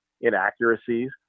inaccuracies